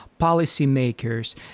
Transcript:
policymakers